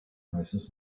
houses